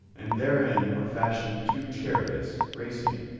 and therein were fashioned two chariots, racing,